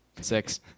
Six